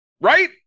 Right